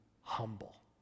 humble